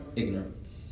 ignorance